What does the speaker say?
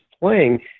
playing